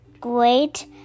great